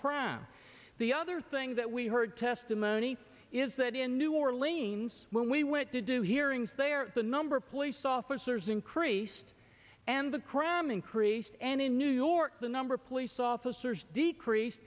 around the other things that we heard testimony is that in new orleans when we went to do hearings they are the number of police officers increased and the cram increased and in new york the number of police officers did creased